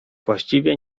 właściwie